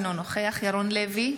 אינו נוכח ירון לוי,